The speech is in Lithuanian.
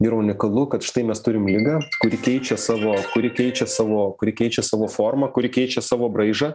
yra unikalu kad štai mes turim ligą kuri keičia savo kuri keičia savo kuri keičia savo formą kuri keičia savo braižą